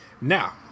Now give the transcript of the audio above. Now